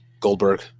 Goldberg